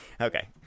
Okay